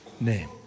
name